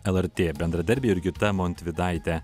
lrt bendradarbė jurgita montvydaitė